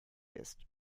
ist